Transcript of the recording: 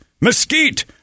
mesquite